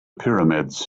pyramids